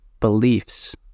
beliefs